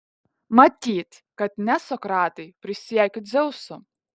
matyt kad ne sokratai prisiekiu dzeusu